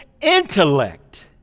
intellect